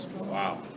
Wow